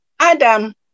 Adam